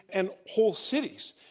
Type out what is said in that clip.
and whole cities.